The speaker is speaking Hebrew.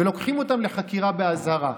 לוקחים אותם לחקירה באזהרה.